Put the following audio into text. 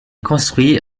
construit